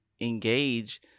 engage